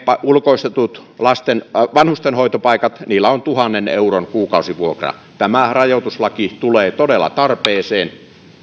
ulkoistetuilla vanhustenhoitopaikoilla on tuhannen euron kuukausivuokra tämä rajoituslaki tulee todella tarpeeseen